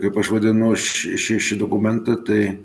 kaip aš vadinu šį šį šį dokumentą tai